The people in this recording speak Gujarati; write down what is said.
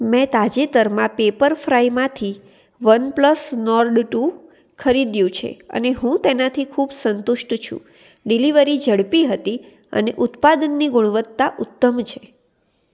મેં તાજેતરમાં પેપર ફ્રાયમાંથી વનપ્લસ નોર્ડ ટુ ખરીદ્યું છે અને હું તેનાથી ખૂબ સંતુષ્ટ છું ડિલિવરી ઝડપી હતી અને ઉત્પાદનની ગુણવત્તા ઉત્તમ છે